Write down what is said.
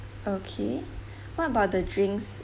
okay what about the drinks